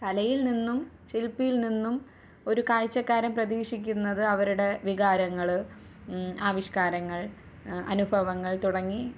കലയിൽ നിന്നും ശില്പിയിൽ നിന്നും ഒരു കാഴ്ചക്കാരൻ പ്രതീഷിക്കുന്നത് അവരുടെ വികാരങ്ങൾ ആവിഷ്കാരങ്ങൾ അനുഭവങ്ങൾ തുടങ്ങി